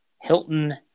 Hilton